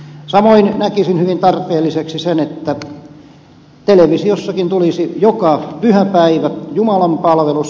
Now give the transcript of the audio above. samoin näkisin hyvin tarpeelliseksi sen että televisiostakin tulisi joka pyhäpäivä jumalanpalvelus